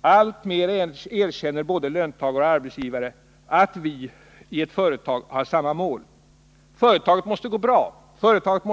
Allt flera löntagare och arbetsgivare erkänner att alla i ett företag har samma mål. Ett företag måste gå bra,